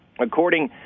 according